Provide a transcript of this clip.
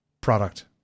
product